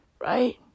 right